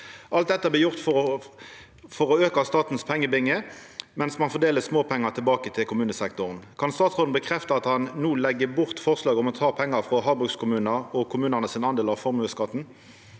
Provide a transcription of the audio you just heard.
Alt dette blir gjort for å øke statens pengebinge, mens man fordeler småpenger tilbake til kommunene. Kan statsråden bekrefte at man nå legger bort forslag om å ta penger fra havbrukskommuner og kommunene sin andel av formuesskatten?»